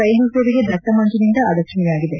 ರೈಲು ಸೇವೆಗೆ ದಟ್ಟ ಮಂಜಿನಿಂದ ಅಡಚಣೆಯಾಗಿದೆ